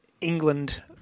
england